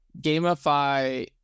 gamify